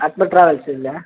Akbar travels അല്ലേ